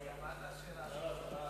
מה השאלה?